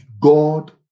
God